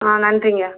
ஆ நன்றிங்க